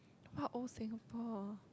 what old Singapore